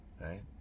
right